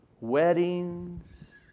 Weddings